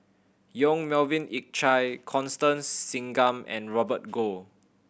Yong Melvin Yik Chye Constance Singam and Robert Goh